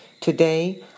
Today